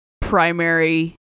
primary